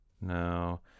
No